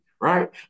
right